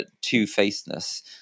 two-facedness